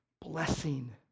blessing